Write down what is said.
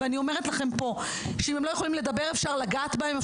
אני אומרת לכם פה שאם הם לא יכולים לדבר אפשר לגעת בהם,